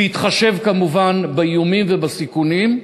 בהתחשב כמובן באיומים ובסיכונים,